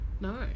No